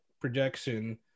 projection